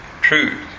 truth